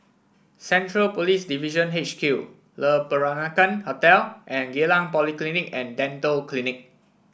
Central Police Division H Q Le Peranakan Hotel and Geylang Polyclinic and Dental Clinic